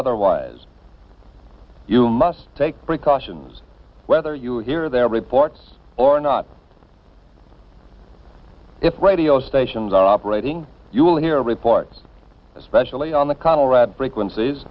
otherwise you must take precautions whether you hear their reports or not if radio stations are operating you will hear reports especially on the conrad frequencies